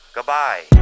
Goodbye